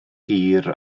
hir